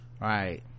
right